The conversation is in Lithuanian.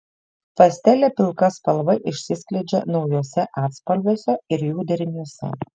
pastelė pilka spalva išsiskleidžia naujuose atspalviuose ir jų deriniuose